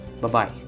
Bye-bye